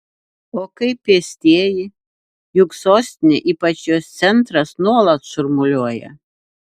o kaip pėstieji juk sostinė ypač jos centras nuolat šurmuliuoja